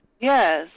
Yes